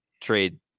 trade